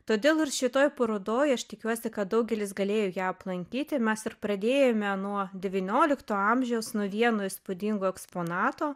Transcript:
todėl ir šitoj parodoj aš tikiuosi kad daugelis galėjo ją aplankyti mes ir pradėjome nuo devyniolikto amžiaus nuo vieno įspūdingo eksponato